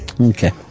Okay